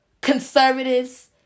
conservatives